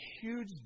huge